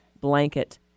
blanket